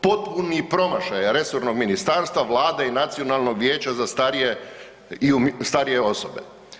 Potpuni promašaj resornog ministarstva, Vlade i nacionalnog vijeća za starije osobe.